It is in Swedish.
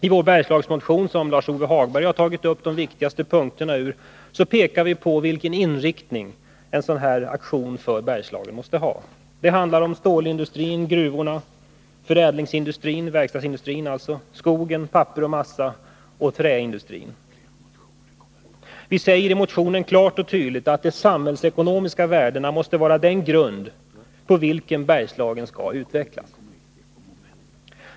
I vår ”Bergslagsmotion” — Lars-Ove Hagberg har tagit upp de viktigaste punkterna i den — pekar vi på vilken inriktning en sådan här aktion för Bergslagen måste ha. Det handlar om stålindustrin, gruvbrytningen, förädlingsindustrin — dvs. verkstadsindustrin —, skogen, pappers-, massaoch träindustrin. Vi säger också i motionen klart och tydligt att de samhällsekonomiska värdena måste vara den grund på vilken Bergslagen skall utvecklas.